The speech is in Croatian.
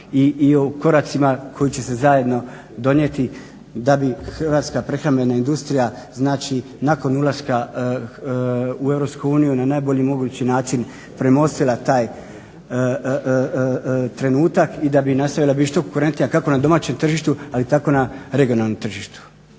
i o koracima koji će se zajedno donijeti da bi hrvatska prehrambena industrija nakon ulaska u EU na najbolji mogući način premostila taj trenutak i da bi nastavila biti što konkurentnija kako na domaćem tržištu tako i na regionalnom tržištu.